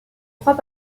trois